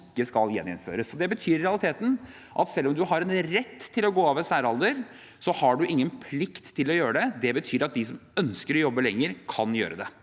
ikke skal gjeninnføres. Det betyr i realiteten at selv om man har en rett til å gå av ved særalder, har man ingen plikt til å gjøre det. Det betyr at de som ønsker å jobbe lenger, kan gjøre det.